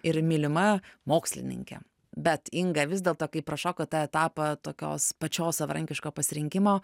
ir mylima mokslininke bet inga vis dėlto kai prašokot tą etapą tokios pačios savarankiško pasirinkimo